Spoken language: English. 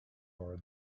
are